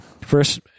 First